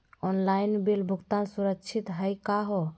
Online bill भुगतान सुरक्षित हई का हो?